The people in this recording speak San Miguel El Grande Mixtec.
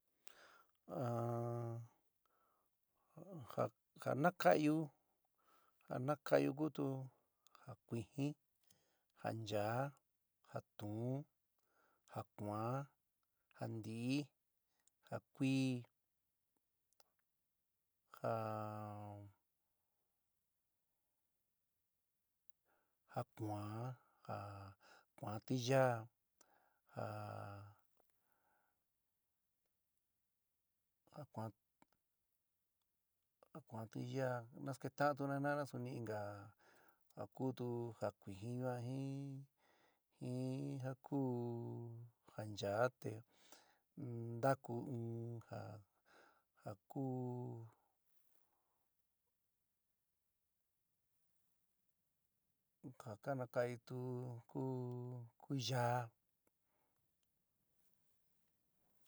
A ja na ka'inyu, ja na kainyu kutu ja kuijɨn, ja nchaá, ja tuún, ja kuaán, ja ntií, ja kuíí, ja kuaán, ja kuaán tiyaá, jaa ja kuaán tiyaá, nasketa'antuna jina'ana suni inka ja kutu ja kuijɨn ñuan jin ja kuú ja nchaá te ntaku in ja ku ja ka nakaituu ku kuyaá.